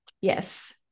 Yes